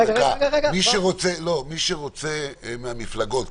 מי שרוצה מהמפלגות,